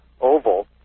oval